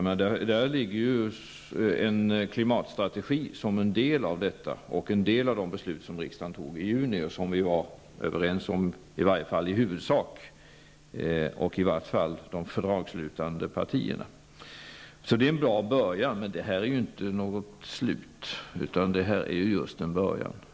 En klimatstrategi utgör en del i denna och finns med bland de beslut som riksdagen fattade i juni och som vi åtminstone i huvudsak var överens om, i varje fall de fördragslutande partierna. Detta är en bra början, men det utgör inte något slut, utan just en början.